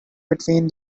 between